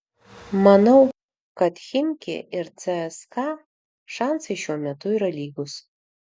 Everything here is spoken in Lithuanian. manau kad chimki ir cska šansai šiuo metu yra lygūs